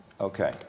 Okay